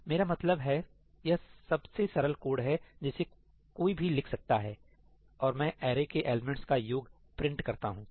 मेरा मतलब है यह सबसे सरल कोड है जिसे कोई भी लिख सकता है और मैं अरे के एलिमेंट्स का योग प्रिंट करता हूं